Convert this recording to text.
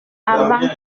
avant